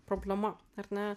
problema ar ne